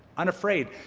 unafraid.